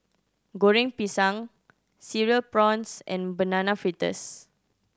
Goreng Pisang Cereal Prawns and Banana Fritters